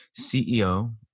CEO